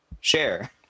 Share